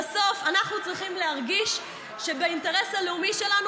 "בסוף אנחנו צריכים להרגיש שבאינטרס הלאומי שלנו,